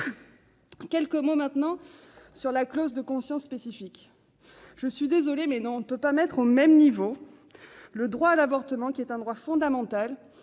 quelques mots à présent sur la clause de conscience spécifique. Je suis désolée, mais l'on ne peut pas mettre au même niveau le droit à l'avortement, qui est un droit fondamental,